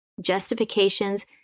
justifications